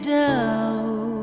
down